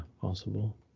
possible